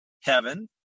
heaven